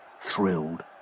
thrilled